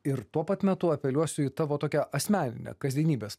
ir tuo pat metu apeliuosiu į tavo tokią asmeninę kasdienybės